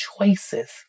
choices